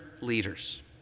leaders